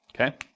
Okay